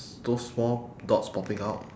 those small dots popping out